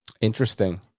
Interesting